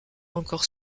encore